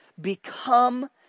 become